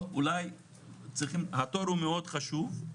התור הוא מאוד חשוב,